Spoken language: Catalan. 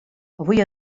avui